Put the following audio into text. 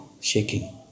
shaking